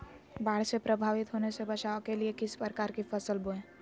बाढ़ से प्रभावित होने से बचाव के लिए किस प्रकार की फसल बोए?